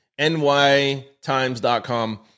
nytimes.com